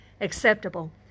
acceptable